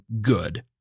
good